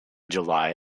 july